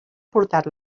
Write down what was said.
portat